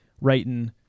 writing